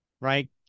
right